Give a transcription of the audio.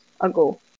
ago